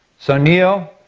so neil,